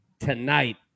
Tonight